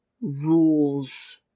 rules